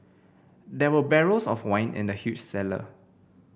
there were barrels of wine in the huge cellar